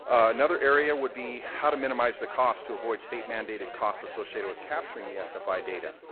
another area would be how to minimize the cost to avoid state-mandated costs associated with capturing the sfi data.